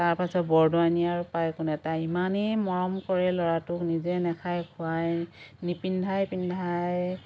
তাৰ পাছত বৰদোৱানীয়ে আৰু পাই কোনে তাই ইমানেই মৰম কৰে ল'ৰাটোক নিজে নাখাই খুৱাই নিপিন্ধাই পিন্ধাই